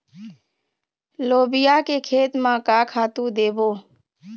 लोबिया के खेती म का खातू देबो?